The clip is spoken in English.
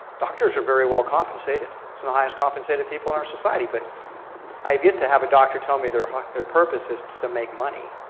doctors are very well compensated, some of the highest compensated people in our society. but i've yet to have a doctor tell me their their purpose is to to make money.